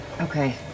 Okay